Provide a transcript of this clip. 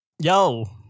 Yo